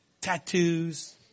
tattoos